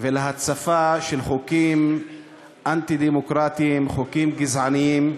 ולהצפה של חוקים אנטי-דמוקרטיים, חוקים גזעניים.